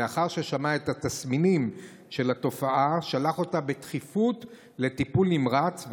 שלאחר ששמע את התסמינים של התופעה שלח אותה בדחיפות לטיפול נמרץ,